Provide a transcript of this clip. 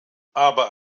aber